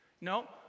No